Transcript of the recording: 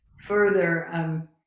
further